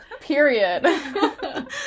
period